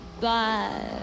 bye